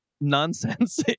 nonsense